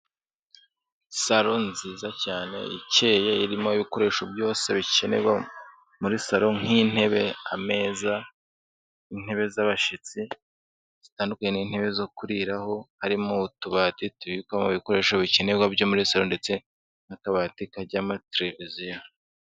Salo nziza cyane ikeye irimo ibikoresho byose bikenerwa muri salo nk'intebe, ameza, intebe z'abashyitsi zitandukanye n'intebe zo kuriraho harimo utubati tubikwamo ibikoresho bikenerwa byo muri salo ndetse n'akabati kajyamo televiziyo.